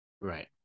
Right